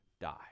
die